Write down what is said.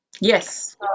yes